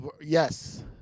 Yes